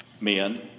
men